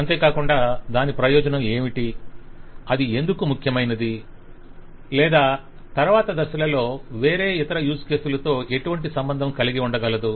అంతేకాకుండా దాని ప్రయోజనం ఏమిటి అది ఎందుకు ముఖ్యమైనది లేదా తరవాత దశలలో వేరే ఇతర యూస్ కేసులతో ఎటువంటి సంబంధం కలిగి ఉండగలదు